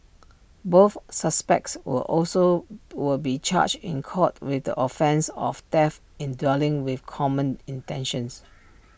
both suspects will also will be charged in court with the offence of theft in dwelling with common intentions